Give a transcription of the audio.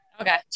okay